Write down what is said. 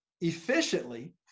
efficiently